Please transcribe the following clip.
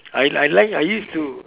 I I like I used to